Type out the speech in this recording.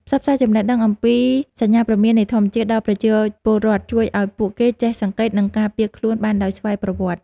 ផ្សព្វផ្សាយចំណេះដឹងអំពីសញ្ញាព្រមាននៃធម្មជាតិដល់ប្រជាពលរដ្ឋជួយឱ្យពួកគេចេះសង្កេត និង ការពារខ្លួនបានដោយស្វ័យប្រវត្តិ។